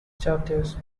chapters